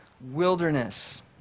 wilderness